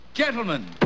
Gentlemen